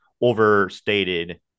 overstated